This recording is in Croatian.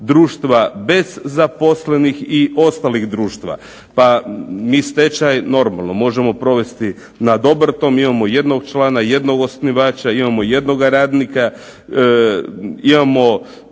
bez zaposlenih i ostalih društva. Pa mi stečaj, normalno možemo provesti nad obrtom, imamo jednog člana, jednog osnivača, imamo jednoga radnika. Imamo,